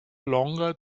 longer